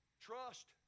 trust